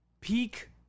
peak